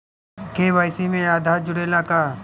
KYC में आधार जुड़े ला का?